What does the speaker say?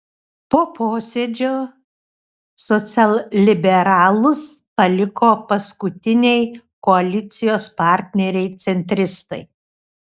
po posėdžio socialliberalus paliko paskutiniai koalicijos partneriai centristai